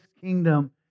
kingdom